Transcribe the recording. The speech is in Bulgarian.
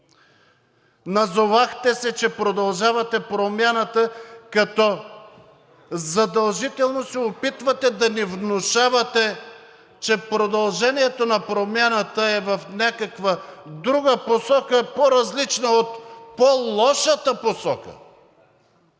Назовахте се, че продължавате промяната, като задължително се опитвате да ни внушавате, че продължението на промяната в някаква друга посока е по-различна от по-лошата посока.